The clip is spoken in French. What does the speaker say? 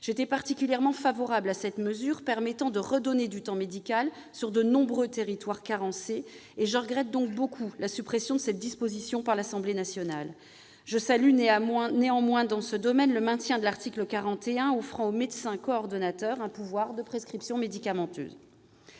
J'étais particulièrement favorable à une mesure permettant de redonner du temps médical dans de nombreux territoires carencés, et regrette donc beaucoup sa suppression par l'Assemblée nationale. Je salue néanmoins le maintien de l'article 41, offrant aux médecins coordonnateurs un pouvoir de prescription médicamenteuse.